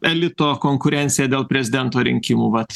elito konkurencija dėl prezidento rinkimų vat